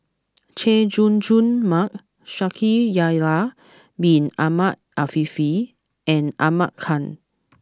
Chay Jung Jun Mark Shaikh Yahya Bin Ahmed Afifi and Ahmad Khan